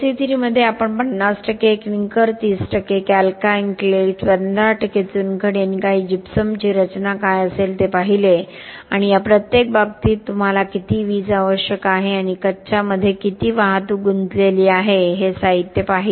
LC3 मध्ये आपण 50 clinker 30 calcined clay 15 चुनखडी आणि काही जिप्समची रचना काय असेल ते पाहिले आणि या प्रत्येक बाबतीत तुम्हाला किती वीज आवश्यक आहे आणि कच्च्यामध्ये किती वाहतूक गुंतलेली आहे हे साहित्य पाहिले